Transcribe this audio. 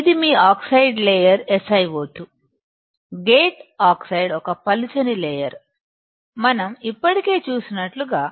ఇది మీ ఆక్సైడ్ లేయర్SiO2 గేట్ ఆక్సైడ్ యొక్క పలుచని లేయర్ మనం ఇప్పటికే చూసినట్లుగా